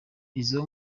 izo